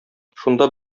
шунда